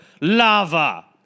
lava